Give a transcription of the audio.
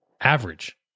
average